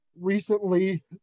recently